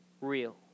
real